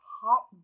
Hot